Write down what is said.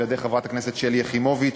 על-ידי חברת הכנסת שלי יחימוביץ